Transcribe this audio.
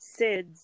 SIDS